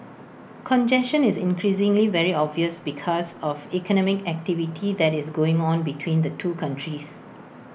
congestion is increasingly very obvious because of economic activity that is going on between the two countries